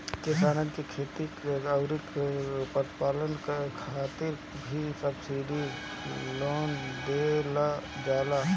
किसानन के खेती अउरी पशुपालन खातिर भी सब्सिडी लोन देहल जाला